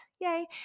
Yay